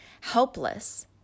helpless